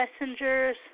Messengers